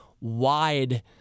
wide